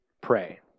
pray